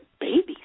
babies